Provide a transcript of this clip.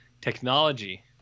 Technology